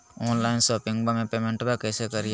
Online शोपिंगबा में पेमेंटबा कैसे करिए?